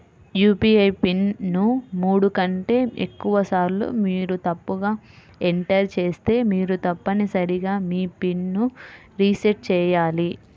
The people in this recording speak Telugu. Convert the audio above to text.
యూ.పీ.ఐ పిన్ ను మూడు కంటే ఎక్కువసార్లు మీరు తప్పుగా ఎంటర్ చేస్తే మీరు తప్పనిసరిగా మీ పిన్ ను రీసెట్ చేయాలి